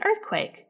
earthquake